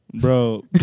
Bro